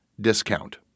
discount